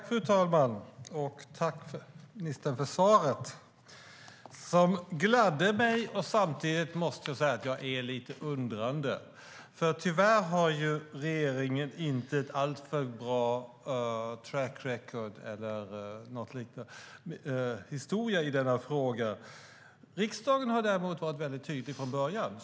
Fru talman! Tack, ministern, för svaret! Det gladde mig, men samtidigt är jag lite undrande. Tyvärr har regeringen ett inte en alltför bra track record, eller historia, i denna fråga. Riksdagen har däremot varit väldigt tydlig från början.